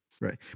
Right